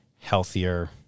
healthier